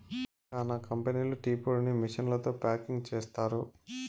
చానా కంపెనీలు టీ పొడిని మిషన్లతో ప్యాకింగ్ చేస్తారు